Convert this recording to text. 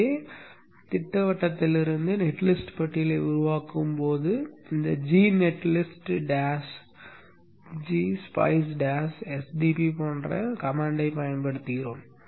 எனவே திட்டவட்டத்திலிருந்து net list பட்டியலை உருவாக்கும்போது இந்த g net list dash g spice dash s d b போன்ற கட்டளையைப் பயன்படுத்துகிறோம்